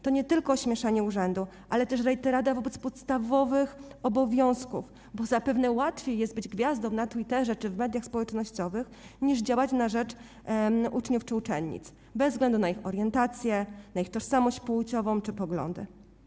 To nie tylko ośmieszanie urzędu, ale też rejterada przed podstawowymi obowiązkami, bo zapewne łatwiej jest być gwiazdą na Twitterze czy w mediach społecznościowych, niż działać na rzecz uczniów czy uczennic bez względu na ich orientację, na ich tożsamość płciową czy poglądy.